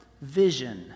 vision